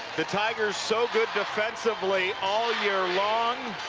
the tigers so good defensively all year long